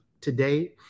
today